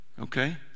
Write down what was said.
okay